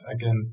Again